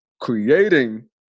Creating